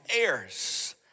heirs